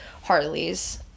Harleys